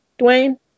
Dwayne